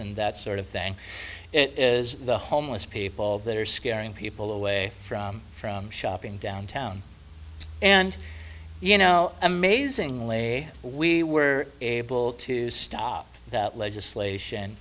and that sort of thing it is the homeless people that are scaring people away from from shopping downtown and you know amazingly we were able to stop that legislation